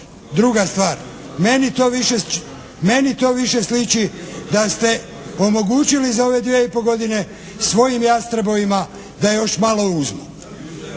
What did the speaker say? Druga stvar. Meni to više sliči da ste omogućili za ove dvije i pol godine svojim jastrebovima da još malo uzmu.